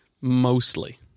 Mostly